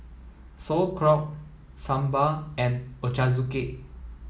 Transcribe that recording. Sauerkraut Sambar and Ochazuke